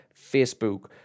Facebook